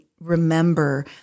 remember